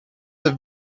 have